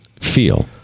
feel